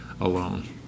alone